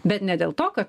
bet ne dėl to kad